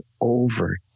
over